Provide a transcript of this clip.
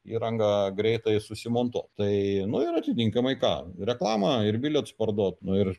įrangą greitai susimontuot tai nu ir atitinkamai ką reklamą ir bilietus parduot nu ir